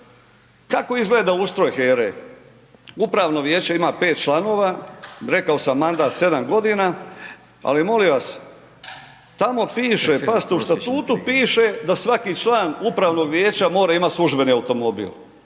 Kako izgleda ustroj HERA-e, Upravno vijeće ima 5 članova, rekao sam mandat, 7 godina, ali molim vas, tamo piše, pazite, u statutu piše, da svaki član upravnog vijeća mora imati službeni automobil,